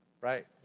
right